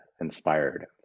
inspired